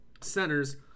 centers –